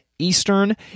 Eastern